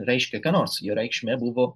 reiškė ką nors jo reikšmė buvo